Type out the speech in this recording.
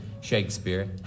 Shakespeare